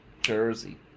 jersey